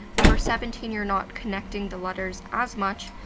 number seventeen, you're not connecting the letters as much.